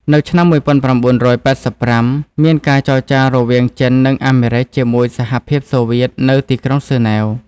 នៅឆ្នាំ ១៩៨៥ មានការចរចារវាង ចិន និងអាមេរិច ជាមួយសហភាពសូវៀត នៅទីក្រុងហ្សឺណែវ។